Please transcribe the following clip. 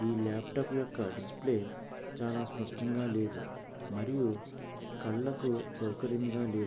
ఈ లాప్టాప్ యొక్క డిస్ప్లే చాలా స్పష్టంగా లేదు మరియు కళ్ళకు సౌకర్యంగా లేదు